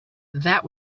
that